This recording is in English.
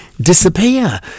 disappear